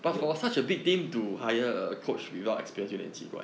yup